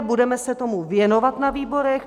Budeme se tomu věnovat na výborech.